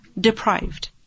deprived